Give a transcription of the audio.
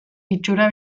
itxura